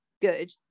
good